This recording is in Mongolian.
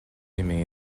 хэмээн